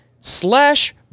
slash